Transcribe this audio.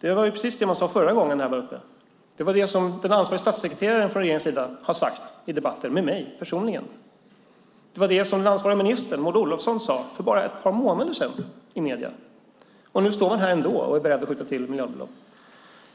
Det var precis det ni sade förra gången jag var uppe i debatten. Det är vad den ansvarige statssekreteraren från regeringens sida har sagt i debatten till mig personligen. Det är vad den ansvariga ministern Maud Olofsson sade bara för ett par månader sedan i medierna. Nu står ni här ändå och är beredda att skjuta till miljardbelopp.